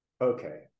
okay